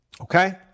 Okay